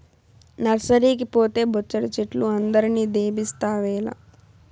నర్సరీకి పోతే బొచ్చెడు చెట్లు అందరిని దేబిస్తావేల